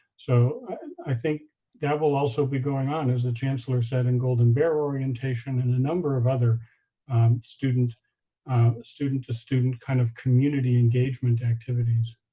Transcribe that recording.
so i think that will also be going on, as the chancellor said, in golden bear orientation and a number of other student student to student kind of community engagement activities.